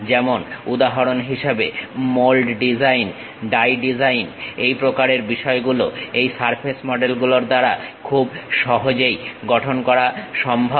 যেমন উদাহরণ হিসেবে মোল্ড ডিজাইন ডাই ডিজাইন এই প্রকার বিষয়গুলো এই সারফেস মডেল গুলোর দ্বারা খুব সহজেই গঠন করা সম্ভব